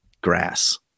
grass